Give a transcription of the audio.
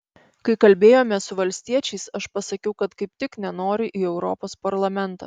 kai kalbėjome su valstiečiais aš pasakiau kad kaip tik nenoriu į europos parlamentą